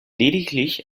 lediglich